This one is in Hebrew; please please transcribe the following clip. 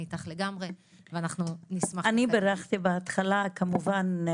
איתך לגמרי ואנחנו נשמח --- אני בירכתי בהתחלה כמובן.